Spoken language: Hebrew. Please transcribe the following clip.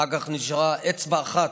אחר כך נשארה אצבע אחת.